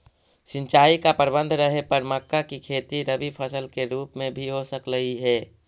सिंचाई का प्रबंध रहे पर मक्का की खेती रबी फसल के रूप में भी हो सकलई हे